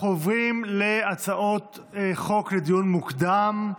אנחנו עוברים להצעות חוק לדיון מוקדם.